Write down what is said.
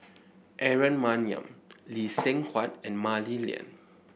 Aaron Maniam Lee Seng Huat and Mah Li Lian